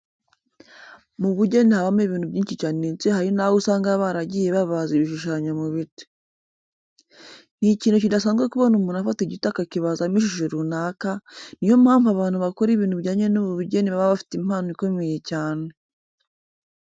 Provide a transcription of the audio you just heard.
Mu bugeni habamo ibintu byinshi cyane ndetse hari naho usanga baragiye babaza ibishushanyo mu biti. Ni ikintu kidasanzwe kubona umuntu afata igiti akakibazamo ishusho runaka, ni yo mpamvu abantu bakora ibintu bijyanye n'ubu bugeni baba bafite impano ikomeye cyane.